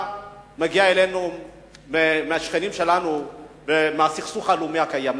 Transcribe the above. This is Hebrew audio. מגיעה אלינו מהשכנים שלנו ומהסכסוך הלאומי הקיים?